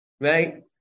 right